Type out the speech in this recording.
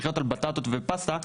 לחיות על בטטות ופסטה.